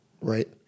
right